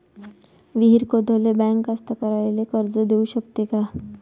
विहीर खोदाले बँक कास्तकाराइले कर्ज देऊ शकते का?